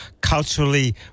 culturally